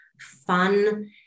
fun